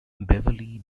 beverly